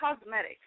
Cosmetics